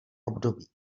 období